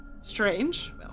strange